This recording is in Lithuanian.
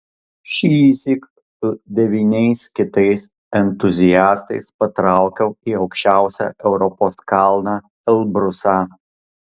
šįsyk su devyniais kitais entuziastais patraukiau į aukščiausią europos kalną elbrusą